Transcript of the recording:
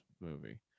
movie